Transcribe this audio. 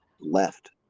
left